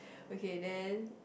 okay then